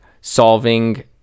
solving